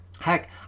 Heck